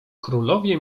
królowie